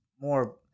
more